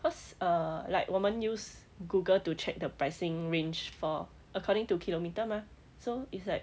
cause err like 我们 use google to check the pricing range for according to kilometre mah so it's like